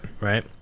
right